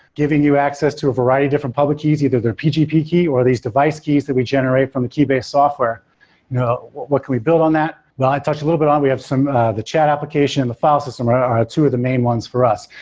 giving you access to a variety different public keys, either their pgp key or these device keys that we generate from the keybase software what what can we build on that? well i touched a little bit on, we have some the chat application and the file system are two of the main ones for us.